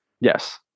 Yes